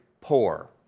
poor